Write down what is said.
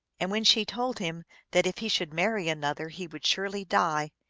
and when she told him that if he should marry another he would surely die,